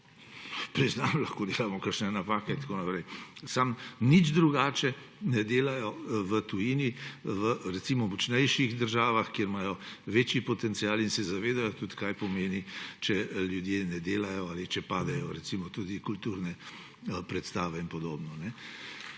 Priznam, lahko delamo kakšne napake in tako naprej, samo nič drugače ne delajo v tujini. Recimo, v močnejših državah, kjer imajo večjo potencial in se zavedajo tudi, kaj pomeni, če ljudje ne delajo ali če padejo, recimo, tudi kulturne predstave in podobno.